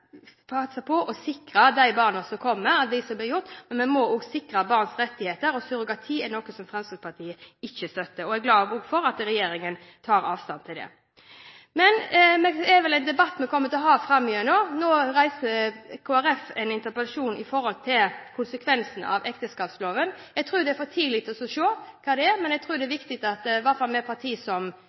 å sikre de barna som kommer, og det som blir gjort. Men vi må også sikre barns rettigheter, og surrogati er noe som Fremskrittspartiet ikke støtter. Jeg er også glad for at regjeringen tar avstand fra det. Men det er vel en debatt vi kommer til å ha framover. Nå reiser Kristelig Folkeparti en interpellasjon om konsekvensen av ekteskapsloven. Jeg tror det er for tidlig å se hva det er, men jeg tror det er viktig at i hvert fall de partiene som